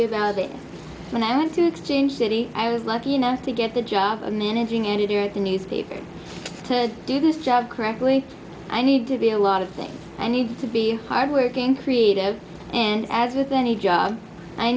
living out of it and i want to exchange city i was lucky enough to get the job of managing editor at the newspaper to do this job correctly i need to be a lot of things i need to be hardworking creative and as with any job i